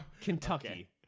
Kentucky